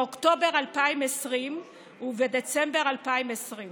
באוקטובר 2020 ובדצמבר 2020,